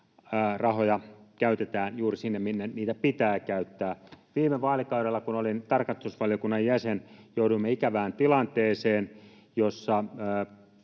rahoja käytetään juuri sinne, minne niitä pitää käyttää. Viime vaalikaudella, kun olin tarkastusvaliokunnan jäsen, jouduimme ikävään tilanteeseen, jossa